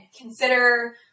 consider